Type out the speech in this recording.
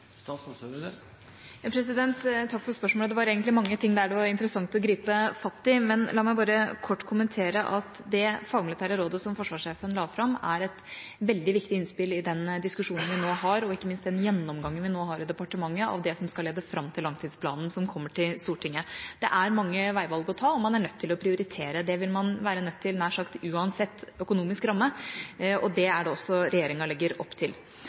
Takk for spørsmålet. Det var egentlig mange ting der det var interessant å gripe fatt i, men la meg bare kort kommentere at det fagmilitære rådet som forsvarssjefen la fram, er et veldig viktig innspill i den diskusjonen vi nå har, ikke minst den gjennomgangen vi nå har i departementet av det som skal lede fram til langtidsplanen som kommer til Stortinget. Det er mange veivalg å ta, og man er nødt til å prioritere. Det vil man være nødt til nær sagt uansett økonomisk ramme, og det er det også regjeringa legger opp til. Jeg er også veldig opptatt av at uansett hva slags struktur man til